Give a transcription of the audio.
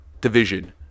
division